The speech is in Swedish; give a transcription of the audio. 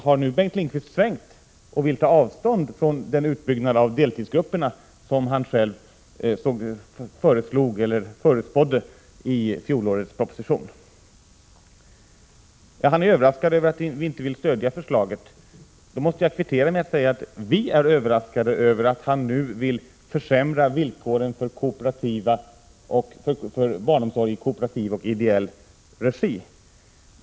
Har nu Bengt Lindqvist svängt och vill ta avstånd från den utbyggnad av deltidsgrupperna som han själv föreslog eller förutspådde i fjolårets proposition? Bengt Lindqvist är överraskad över att vi inte vill stödja förslaget. Det måste jag kvittera med att säga att vi är överraskade över att han nu vill försämra villkoren för barnomsorg i kooperativ och ideell regi.